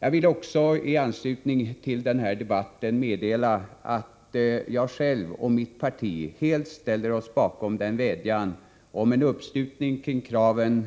Jag vill också i anslutning till den här debatten meddela att jag själv och mitt parti helt kan sluta upp bakom den vädjan som framförts om stöd för en skärpning av kraven